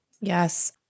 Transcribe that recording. Yes